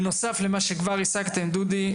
בנוסף למה שכבר השגתם דודי,